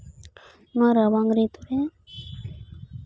ᱱᱚᱣᱟ ᱨᱟᱵᱟᱝ ᱨᱮ ᱛᱩᱲᱤ